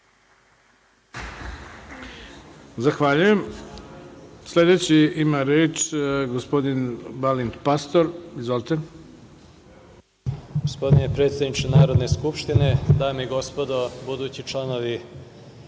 Zahvaljujem. Sledeći ima reč gospodin Balint Pastor. Izvolite. **Balint Pastor** Gospodine predsedniče Narodne skupštine, dame i gospodo budući članovi